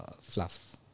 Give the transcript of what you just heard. fluff